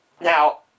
Now